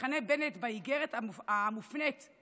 מכנה בנט באיגרת שלו